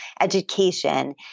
education